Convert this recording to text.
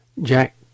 Jack